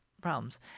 problems